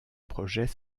projet